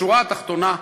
בשורה התחתונה,